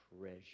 treasure